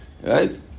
right